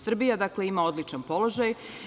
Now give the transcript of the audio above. Srbija, dakle, ima odličan položaj.